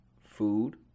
Food